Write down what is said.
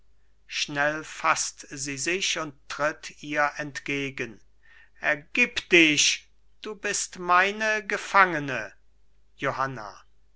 schnell faßt sie sich und tritt ihr entgegen ergib dich du bist meine gefangene johanna